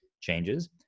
changes